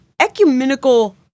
Ecumenical